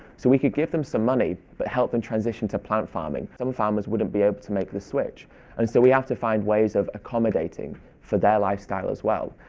so we could give them some money but help them and transition to plant farming. some farmers wouldn't be able to make the switch and so we have to find ways of accommodating for their lifestyle as well.